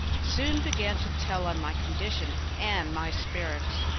soon began to tell on my condition and my spirits.